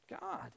God